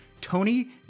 Tony